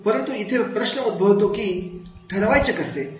परंतु इथे हा प्रश्न उद्भवतो की ठरवायचे कसे